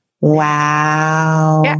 Wow